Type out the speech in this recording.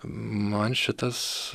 man šitas